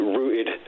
rooted